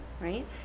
right